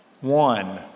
One